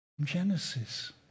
Genesis